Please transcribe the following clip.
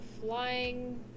flying